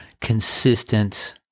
consistent